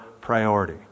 priority